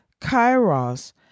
Kairos